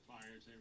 fires